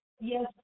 Yes